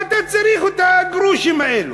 מה אתה צריך את הגרושים האלה?